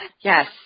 Yes